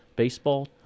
Baseball